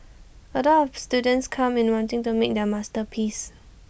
A lot of students come in wanting to make their masterpiece